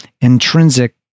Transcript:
intrinsic